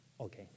okay